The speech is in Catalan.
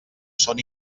són